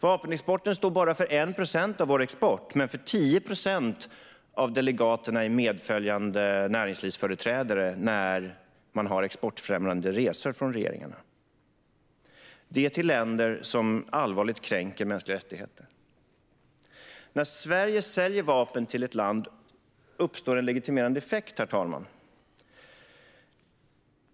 Vapenexporten står för bara 1 procent av vår export men för 10 procent av delegaterna bland medföljande näringslivsföreträdare när regeringen genomför exportfrämjande resor. Dessa resor går till länder som allvarligt kränker mänskliga rättigheter. Herr talman! När Sverige säljer vapen till ett land uppstår en legitimerande effekt.